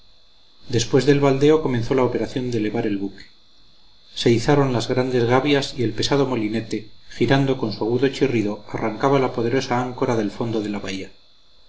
después del baldeo comenzó la operación de se izaron las grandes gavias y el pesado molinete girando con su agudo chirrido arrancaba la poderosa áncora del fondo de la bahía